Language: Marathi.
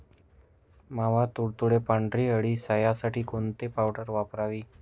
मावा, तुडतुडे, पांढरी अळी यासाठी कोणती पावडर वापरावी?